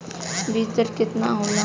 बीज दर केतना होला?